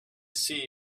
see